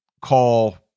call